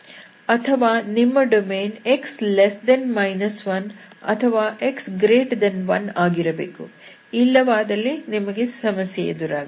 ಅಥವಾ ನಿಮ್ಮ domain x 1 ಅಥವಾ x1 ಆಗಿರಬೇಕು ಇಲ್ಲವಾದಲ್ಲಿ ನಿಮಗೆ ಸಮಸ್ಯೆ ಎದುರಾಗುತ್ತದೆ